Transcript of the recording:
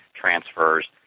transfers